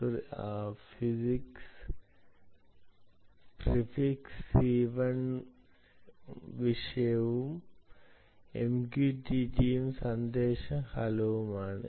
prefix c1 ഉം വിഷയം MQTT ഉം സന്ദേശം ഹലോയുമാണ്